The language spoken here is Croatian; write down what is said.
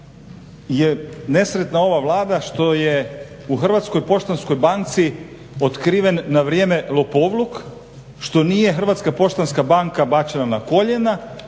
je nesretna ova Vlada što je u Hrvatskoj poštanskoj banci otkriven na vrijeme lopovluk što nije Hrvatska poštanska banka bačena na koljena